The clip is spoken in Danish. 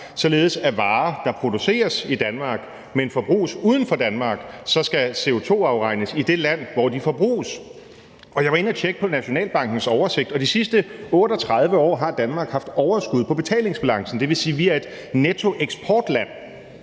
således at varer, der produceres i Danmark, men forbruges uden for Danmark, så skal CO2-afregnes i det land, hvor de bruges. Jeg var inde og tjekke på Nationalbankens oversigt, og de sidste 38 år har Danmark haft overskud på betalingsbalancen, det vil sige, at vi er et nettoeksportland.